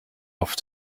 off